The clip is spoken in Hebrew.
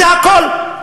זה הכול.